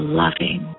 loving